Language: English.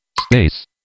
Space